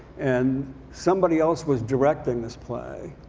and somebody else was directing this play,